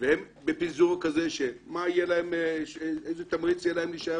והם בפיזור כזה ולכן איזה תמריץ יהיה להם להישאר